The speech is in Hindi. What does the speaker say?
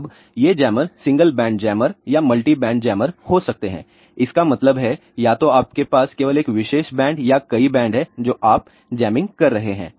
अब ये जैमर सिंगल बैंड जैमर या मल्टी बैंड जैमर हो सकते हैं इसका मतलब है या तो आपके पास केवल एक विशेष बैंड या कई बैंड हैं जो आप जैमिंग कर रहे हैं